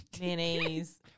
Mayonnaise